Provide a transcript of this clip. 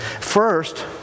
First